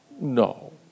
No